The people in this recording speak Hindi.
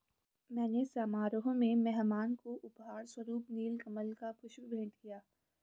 मैंने समारोह में मेहमान को उपहार स्वरुप नील कमल का पुष्प भेंट किया